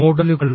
മോഡലുകൾ